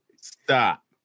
stop